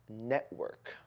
network